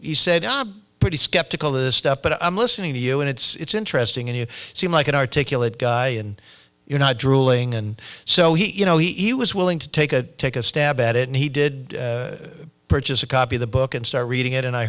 he said i'm pretty skeptical this stuff but i'm listening to you and it's interesting and you seem like an articulate guy and you're not drooling and so he you know he was willing to take a take a stab at it and he did purchase a copy of the book and start reading it and i